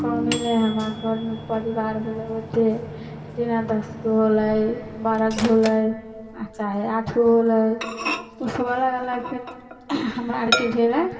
कम अएलै हमरा घरमे परिवार होलै ओतेक जेना दसगो होलै बारहगो होलै आओर चाहे आठगो होलै ओसब अलग अलग हमरा आरके भेलै